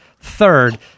third